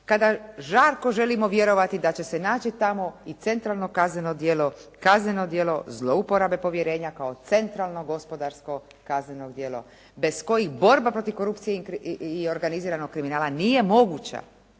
kada žarko želim vjerovati da će se naći tamo i centralno kazneno djelo kazneno djelo zlouporabe povjerenja kao centralno gospodarsko kazneno djelo bez kojih borba protiv korupcije i organiziranog kriminala nije moguća.